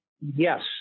yes